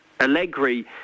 Allegri